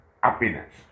Happiness